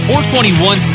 421